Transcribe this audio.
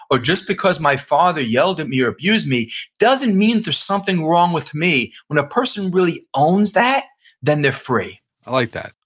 or just because my father yelled at me or abused me doesn't mean that there's something wrong with me. when a person really owns that then they're free i like that,